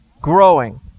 Growing